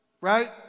right